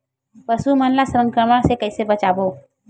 पशु मन ला संक्रमण से कइसे बचाबो?